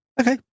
Okay